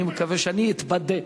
אני מקווה שאני אתבדה